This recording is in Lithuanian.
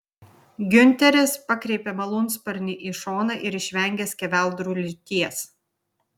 giunteris pakreipė malūnsparnį į šoną ir išvengė skeveldrų liūties